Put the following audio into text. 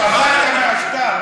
זה מה שנקרא צנעת השטר?